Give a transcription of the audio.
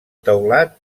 teulat